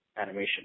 animation